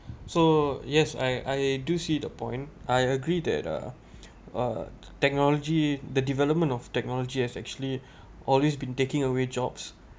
so yes I I do see the point I agree that uh uh technology the development of technology has actually always been taking away jobs